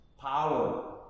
Power